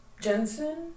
Jensen